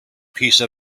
piece